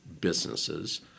businesses